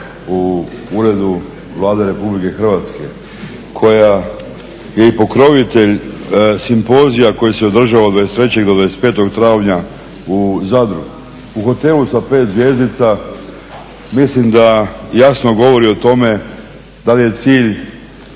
u uredu Vlade Republike Hrvatske koja je i pokrovitelj simpozija koji se održava od 23. do 25. travnja u Zadru u hotelu sa 5 zvjezdica. Mislim da jasno govori o tome da li je cilj